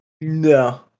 no